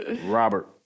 Robert